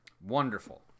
Wonderful